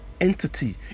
entity